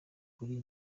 kuri